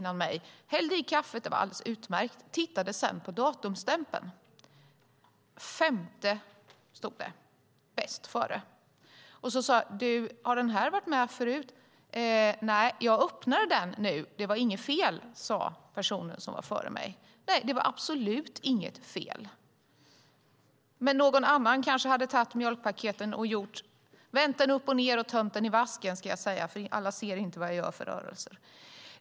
Personen i fråga hade hällt det i kaffet, och det var alldeles utmärkt. Sedan tittade jag på datumstämpeln. Bäst-före-datumet var den 5 mars. Därför frågade jag om den varit med förut och fick svaret att den andra personen nyss öppnat paketet och att det inte var något fel på mjölken. Nej, det var absolut inget fel på den. Någon annan hade kanske tömt mjölkpaketet i vasken.